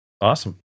Awesome